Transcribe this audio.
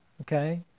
okay